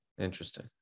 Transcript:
Interesting